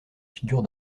figure